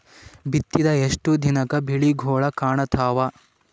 ಬಿತ್ತಿದ ಎಷ್ಟು ದಿನಕ ಬೆಳಿಗೋಳ ಕಾಣತಾವ?